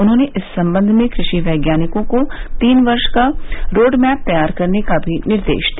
उन्होंने इस सम्बंध में कृषि वैज्ञानिकों को तीन वर्ष का रोडमैप तैयार करने का भी निर्देश दिया